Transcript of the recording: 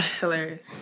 hilarious